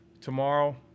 tomorrow